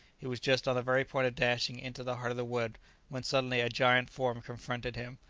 he was just on the very point of dashing into the heart of the wood when suddenly a giant form confronted him,